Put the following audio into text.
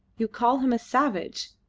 you call him a savage!